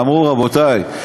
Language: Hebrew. ואמרו: רבותי,